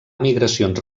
migracions